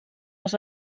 aus